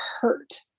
hurt